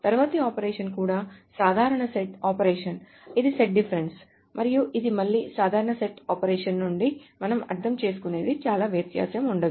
తరువాతి ఆపరేషన్ కూడా సాధారణ సెట్ ఆపరేషన్ ఇది సెట్ డిఫరెన్స్ మరియు ఇది మళ్ళీ సాధారణ సెట్ ఆపరేషన్ నుండి మనం అర్థం చేసుకునేది చాలా వ్యత్యాసం ఉండదు